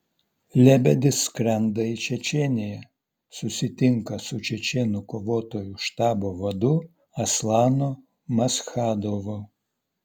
lebedis skrenda į čečėniją susitinka su čečėnų kovotojų štabo vadu aslanu maschadovu